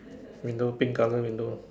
window pink colored window